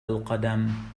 القدم